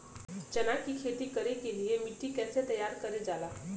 चना की खेती कर के लिए मिट्टी कैसे तैयार करें जाला?